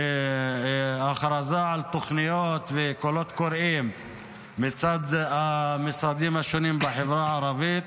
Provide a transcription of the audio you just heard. בהכרזה על תוכניות וקולות קוראים מצד המשרדים השונים בחברה הערבית